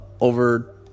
over